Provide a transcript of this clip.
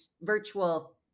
virtual